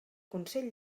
consell